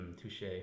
touche